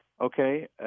okay